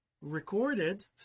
recorded